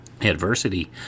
Adversity